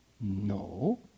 no